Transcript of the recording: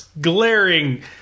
glaring